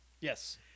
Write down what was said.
Yes